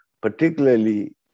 particularly